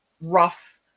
rough